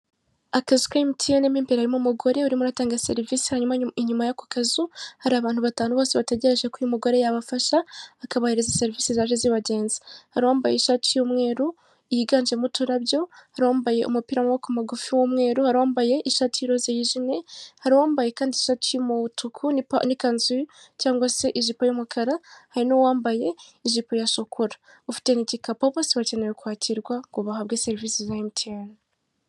Akazi ka emutiyene mo imbere harimo umugore urimo atanga serivisi hanyuma inyuma y'ako kazu hari abantu batanu bose bategereje ko uyu mugore yabafasha akabahereza serivisi zaje zibagenza, hari uwambambaye ishati y'umweru yiganjemo uturabyo bambaye umupira w'amaboko magufi w'umweru hari uwambaye ishati y'iroza yikimye hari uwambaye kandi ishati y'umutuku n'ikanzu cyangwa se ijipo y'umukara hari n'uwambaye ijipo ya shokora ufite n'igikapu abo bose bakeneye kwakirwa ngo bahabwe serivisi za emutiyene.